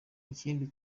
ikindi